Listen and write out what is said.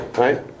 right